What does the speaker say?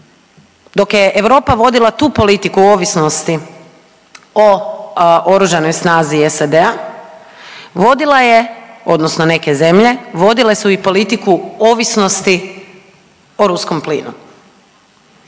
dok je Europa vodila tu politiku ovisnosti o oružanoj snazi SAD-a vodila je odnosno neke zemlje vodile su i politiku ovisnosti o ruskom plinu.